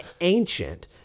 ancient